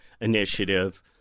initiative